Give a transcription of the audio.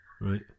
Right